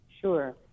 Sure